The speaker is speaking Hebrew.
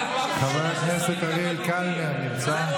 חבר הכנסת אריאל קלנר נמצא?